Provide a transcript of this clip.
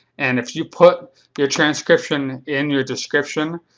and if you put your transcription in your description,